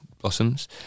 Blossoms